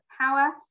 power